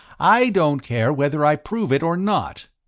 i don't care whether i prove it or not!